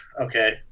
okay